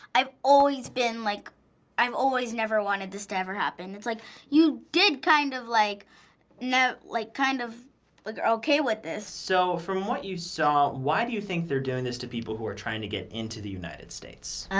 i've always been like i've always never wanted this to ever happen. it's like you did kind of like you like kind of like are okay with this. so from what you saw, why do you think they're doing this to people who are trying to get into the united states?